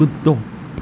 कुत्तो